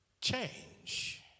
change